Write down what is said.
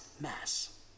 mass